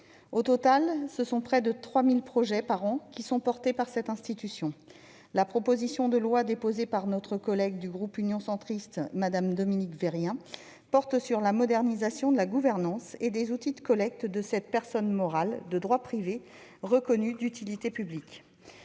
Au total, ce sont près de 3 000 projets par an qui sont portés par cette institution. La proposition de loi déposée par notre collègue du groupe Union Centriste, Mme Dominique Vérien, porte sur la modernisation de la gouvernance et des outils de collecte de cette personne morale de droit privé, reconnue d'utilité publique.